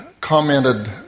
commented